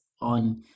on